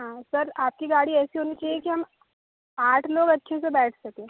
हाँ सर आपकी गाड़ी ऐसी होनी चाहिए कि हम आठ लोग अच्छे से बैठ सकें